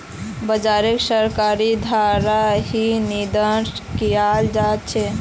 बाजारोक सरकारेर द्वारा ही निर्देशन कियाल जा छे